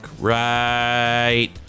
right